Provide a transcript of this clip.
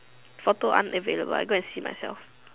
photo unavailable I go and see myself